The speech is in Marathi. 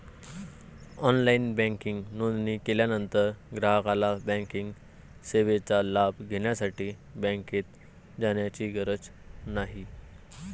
ऑनलाइन बँकिंग नोंदणी केल्यानंतर ग्राहकाला बँकिंग सेवेचा लाभ घेण्यासाठी बँकेत जाण्याची गरज नाही